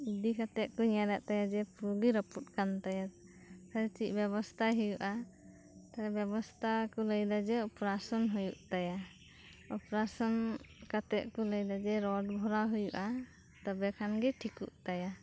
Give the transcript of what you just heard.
ᱤᱫᱤ ᱠᱟᱛᱮᱫ ᱠᱚ ᱧᱮᱞᱮᱫ ᱛᱟᱭᱟ ᱡᱮ ᱯᱩᱨᱟᱹ ᱜᱮ ᱨᱟᱯᱩᱜ ᱟᱠᱟᱱ ᱛᱟᱭᱟ ᱛᱟᱦᱞᱮ ᱪᱮᱫ ᱵᱮᱵᱚᱥᱛᱟᱭ ᱦᱳᱭᱳᱜᱼᱟ ᱵᱮᱵᱚᱥᱛᱟ ᱠᱚ ᱞᱟᱹᱭ ᱮᱫᱟ ᱡᱮ ᱚᱯᱟᱨᱮᱥᱚᱱ ᱦᱳᱭᱳᱜ ᱛᱟᱭᱟ ᱚᱯᱟᱨᱮᱥᱚᱱ ᱠᱟᱛᱮᱫ ᱠᱚ ᱞᱟᱹᱭ ᱮᱫᱟ ᱡᱮ ᱨᱚᱰ ᱵᱷᱚᱨᱟᱣ ᱦᱳᱭᱳᱜᱼᱟ ᱛᱚᱵᱮ ᱠᱷᱟᱱ ᱜᱮ ᱴᱷᱤᱠᱚᱜ ᱛᱟᱭᱟ